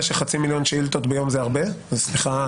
שחצי מיליון שאילתות ביום זה הרבה סליחה,